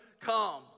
come